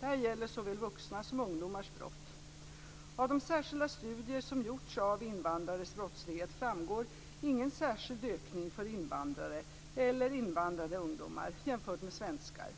Detta gäller såväl vuxnas som ungdomars brott. Av de särskilda studier som gjorts av invandrares brottslighet framgår ingen särskild ökning för invandrare eller invandrade ungdomar, jämfört med svenskar.